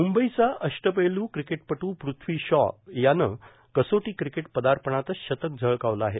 म्रंबईचा अष्टपैलू क्रिकेटपट्र प्रथ्वी शॉ यानं कसोटी क्रिकेट पदार्पणातच शतक झळकावलं आहे